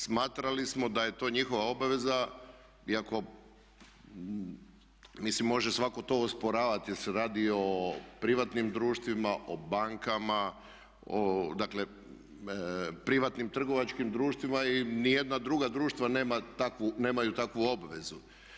Smatrali smo da je to njihova obaveza i ako, mislim može svatko to osporavati jer se radi o privatnim društvima, o bankama, o dakle privatnim trgovačkim društvima i ni jedna druga društva nemaju takvu obvezu.